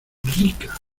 rica